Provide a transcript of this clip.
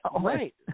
right